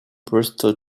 bristol